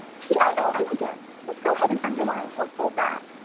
t i o n again. let's go ahead and underline or fold that.